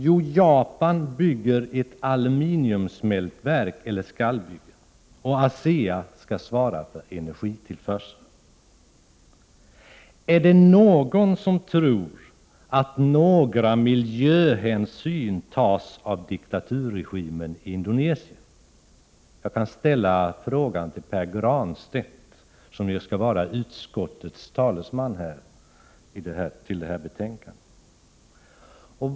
Jo, Japan skall bygga ett aluminiumsmältverk och ASEA svarar för energitillförseln. Är det någon som tror att några miljöhänsyn tas av diktaturregimen i Indonesien? Jag kan ställa frågan till Pär Granstedt, som ju skall vara utskottets talesman för detta betänkande.